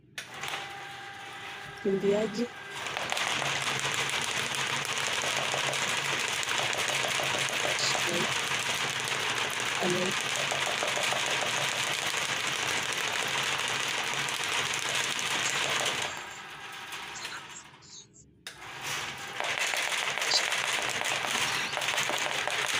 Kuna wakimbiaji anaitwa Samuel Mushai anaitwa Judith. Wote ni Wakenya. Wote amezaliwa namba ishirini.